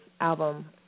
album